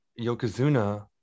Yokozuna